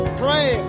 pray